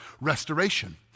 restoration